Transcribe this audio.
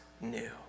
new